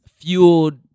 fueled